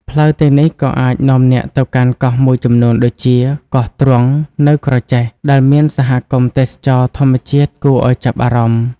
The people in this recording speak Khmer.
ផ្លូវទាំងនេះក៏អាចនាំអ្នកទៅកាន់កោះមួយចំនួនដូចជា កោះទ្រង់ នៅក្រចេះ ដែលមានសហគមន៍ទេសចរណ៍ធម្មជាតិគួរឲ្យចាប់អារម្មណ៍។